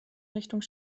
richtung